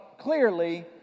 clearly